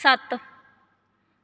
ਸੱਤ